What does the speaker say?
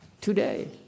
Today